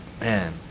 man